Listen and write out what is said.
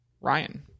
ryan